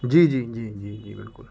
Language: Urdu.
جی جی جی جی جی بالکل